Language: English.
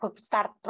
Start